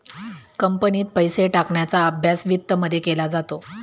कंपनीत पैसे टाकण्याचा अभ्यास वित्तमध्ये केला जातो